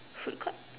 food court